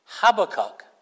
Habakkuk